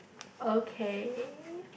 okay